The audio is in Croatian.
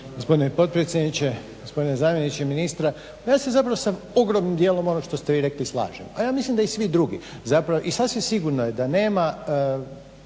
Gospodine potpredsjedniče, gospodine zamjeniče ministra. Pa ja se zapravo sa ogromnim dijelom onog što ste vi rekli slažem, a ja mislim da i svi drugi, zapravo i sasvim sigurno je da nema